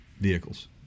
vehicles